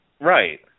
Right